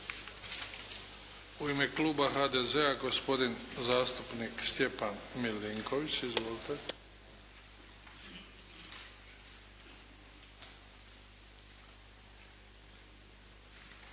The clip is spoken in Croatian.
U ime kluba HDZ-a, gospodin zastupnik Stjepan Milinković. Izvolite.